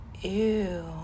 Ew